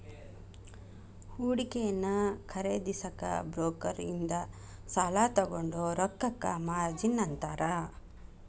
ಹೂಡಿಕೆಯನ್ನ ಖರೇದಿಸಕ ಬ್ರೋಕರ್ ಇಂದ ಸಾಲಾ ತೊಗೊಂಡ್ ರೊಕ್ಕಕ್ಕ ಮಾರ್ಜಿನ್ ಅಂತಾರ